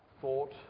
thought